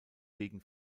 wegen